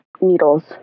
needles